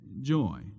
joy